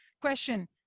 question